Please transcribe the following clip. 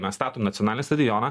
mes statom nacionalinį stadioną